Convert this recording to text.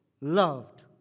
loved